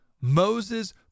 Moses